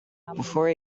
before